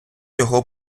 його